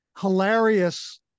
hilarious